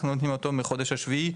אנחנו נותנים אותו מהחודש השביעי,